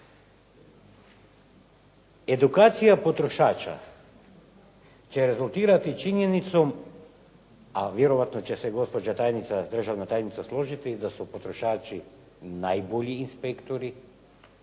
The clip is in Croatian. Edukacija potrošača će rezultirati činjenicom, a vjerojatno će se gospođa državna tajnica složiti da su potrošači najbolji inspektori